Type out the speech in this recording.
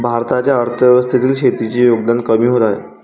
भारताच्या अर्थव्यवस्थेतील शेतीचे योगदान कमी होत आहे